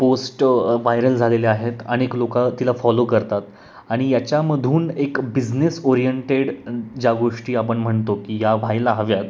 post viral झालेल्या आहेत अनेक लोक तिला फॉलो करतात आणि याच्यामधून एक बिझनेस ओरिऐंटेड ज्या गोष्टी आपण म्हणतो की या व्हायला हव्यात